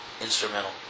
instrumental